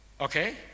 Okay